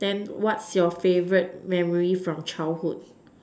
then what's your favorite memory from childhood